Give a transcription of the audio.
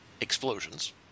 explosions